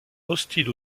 hostile